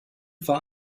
war